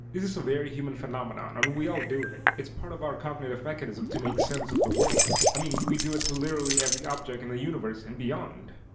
this is a very human phenomenon and we all do it. it's part of our cognitive mechanism to make sense of the world. i mean we do it to literally every object in the universe and beyond.